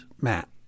Matt